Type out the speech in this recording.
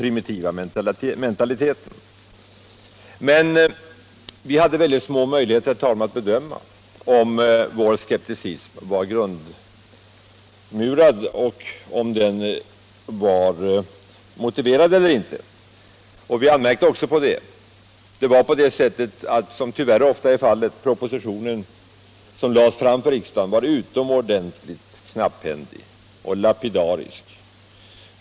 Vi hade emellertid, herr talman, ytterst små möjligheter att bedöma om vår skepsis var motiverad eller inte. Vi anmärkte också på att propositionen, vilket tyvärr ofta är fallet, var utomordentligt lapidarisk.